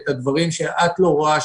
את הדברים שאת לא רואה,